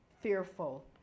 fearful